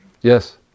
yes